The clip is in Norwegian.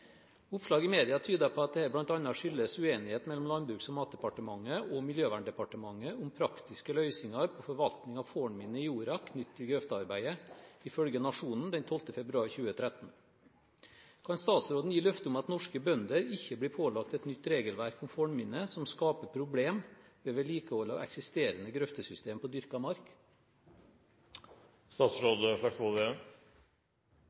Oppslag i media tyder på at dette bl.a. skyldes uenighet mellom Landbruks- og matdepartementet og Miljøverndepartementet om «praktiske løysingar på forvalting av fornminne i jorda knytt til grøftearbeidet», ifølge nationen.no den 12. februar 2013. Kan statsråden gi løfte om at norske bønder ikke blir pålagt et nytt regelverk om fornminner som skaper problemer ved vedlikehold av eksisterende grøftesystemer på dyrket mark?»